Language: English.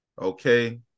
Okay